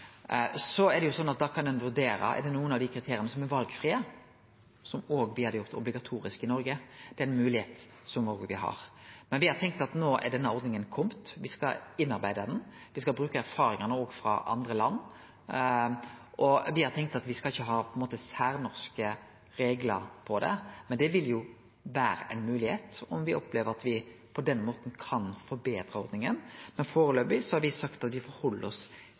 Så kan ein vurdere om det er nokre av dei kriteria som er valfrie, som me hadde gjort obligatoriske i Noreg. Det er ei moglegheit me har. Men me har tenkt at no er denne ordninga komen. Me skal innarbeide ho. Me skal bruke erfaringane frå andre land. Me har tenkt at me ikkje skal ha særnorske reglar for det, men det vil jo vere ei moglegheit om me på den måten opplever at me kan forbetre ordninga. Foreløpig har me sagt at me held oss til det internasjonale regelverket, at det er den same sertifiseringsordninga. Da kan vi